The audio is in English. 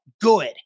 good